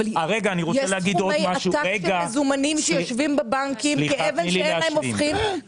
יש סכומי עתק של מזומנים שיושבים בבנקים כאבן שאין לה הופכין,